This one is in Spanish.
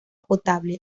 potable